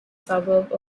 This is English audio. suburb